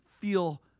feel